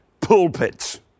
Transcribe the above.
pulpits